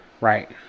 right